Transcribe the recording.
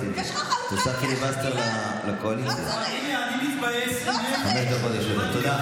תאמיני לי, אני מתבאס ממך, אני שמח מהמחשבה מה